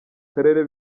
karere